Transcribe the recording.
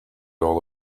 all